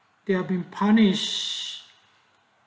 they are been punish